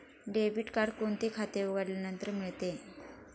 Debit card कोणते खाते उघडल्यानंतर मिळते?